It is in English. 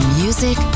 music